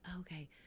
okay